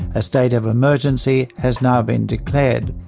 a state of emergency has now been declared.